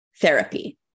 therapy